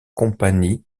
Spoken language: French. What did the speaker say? compagnies